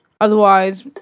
Otherwise